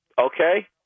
okay